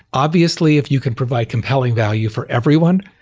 obviously, if you can provide compelling value for everyone,